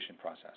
process